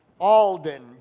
Alden